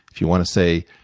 if you want to say,